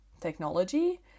technology